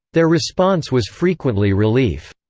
their response was frequently relief.